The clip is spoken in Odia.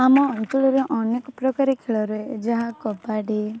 ଆମ ଅଞ୍ଚଳରେ ଅନେକ ପ୍ରକାର ଖେଳ ରୁହେ ଯାହା କବାଡ଼ି